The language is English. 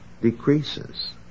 decreases